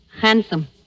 handsome